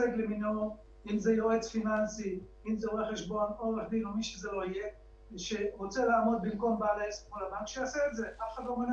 בנושא הזה, פידבק חיובי, שזה קיצר את התהליכים.